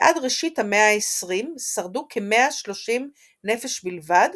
ועד ראשית המאה ה-20 שרדו כ-130 נפש בלבד,